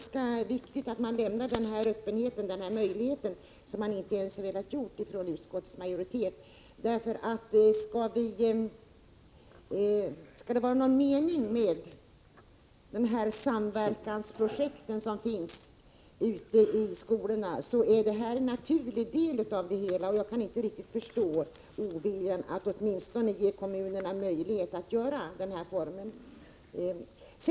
Som jag sade tidigare är det ganska viktigt att den här möjligheten finns, vilket man från utskottsmajoritetens sida inte har velat gå med på. Skall det vara någon mening med de samverkansprojekt som bedrivs ute i skolorna måste detta få vara en naturlig del av det hela. Jag kan inte riktigt förstå oviljan mot att åtminstone ge kommunerna möjlighet att göra på det här sättet.